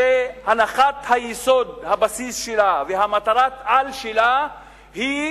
שהנחת היסוד, הבסיס, שלה ומטרת-העל שלה הן